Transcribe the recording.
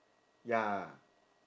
ya